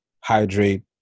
hydrate